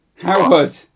Howard